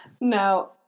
No